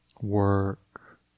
work